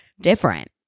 different